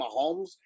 Mahomes